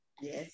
yes